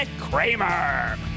Kramer